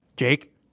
Jake